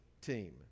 team